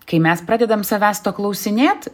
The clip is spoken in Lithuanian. kai mes pradedam savęs klausinėt